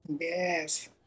Yes